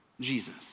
Jesus